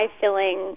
filling